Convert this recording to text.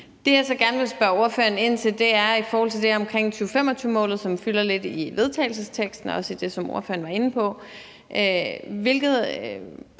Det, jeg så gerne vil spørge ordføreren ind til, er det her omkring 2025-målet, som fylder lidt i vedtagelsesteksten og også i det, som ordføreren var inde på: